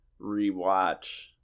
rewatch